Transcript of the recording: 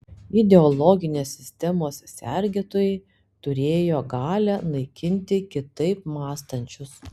ideologinės sistemos sergėtojai turėjo galią naikinti kitaip mąstančius